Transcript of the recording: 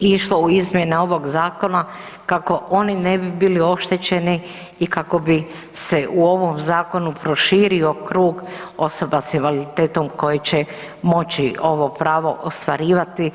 išlo u izmjene ovoga Zakona kako oni ne bi bili oštećeni i kako bi se u ovom zakonu proširio krug osoba sa invaliditetom koje će moći ovo pravo ostvarivati.